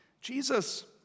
Jesus